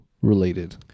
related